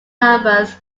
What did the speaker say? numbers